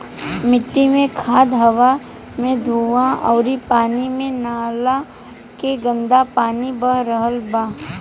मिट्टी मे खाद, हवा मे धुवां अउरी पानी मे नाला के गन्दा पानी बह रहल बा